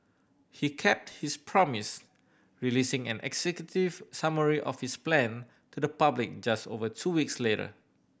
he kept his promise releasing an executive summary of his plan to the public just over two weeks later